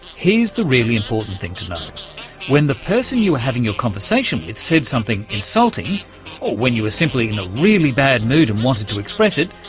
here's the really important thing to know when the person you were having your conversation with said something insulting, or when you were simply in a really bad mood and wanted to express it,